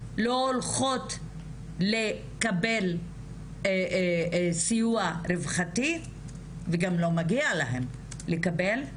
לא הולכות לקבל סיוע רווחתי וגם לא מגיע להן לקבל,